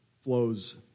flows